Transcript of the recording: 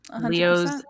Leo's